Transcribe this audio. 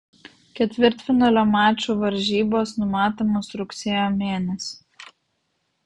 ketvirtfinalio mačų varžybos numatomos rugsėjo mėnesį